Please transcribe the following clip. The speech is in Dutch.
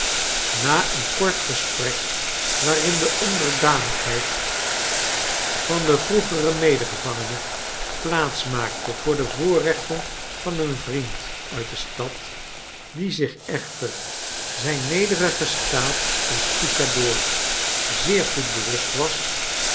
na een kort gesprek waarin de onderdanigheid van den vroegeren medegevangene plaats maakte voor de voorrechten van een vriend uit de stad die zich echter zijn nederigen staat van stucadoor zeer goed bewust was